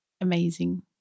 amazing